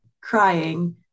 crying